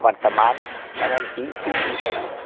वर्तमान में मैं बी पी ई एस